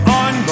on